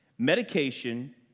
Medication